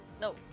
no